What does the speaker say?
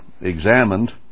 examined